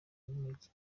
n’umujyi